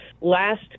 Last